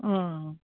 अँ